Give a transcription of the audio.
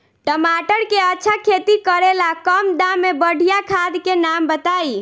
टमाटर के अच्छा खेती करेला कम दाम मे बढ़िया खाद के नाम बताई?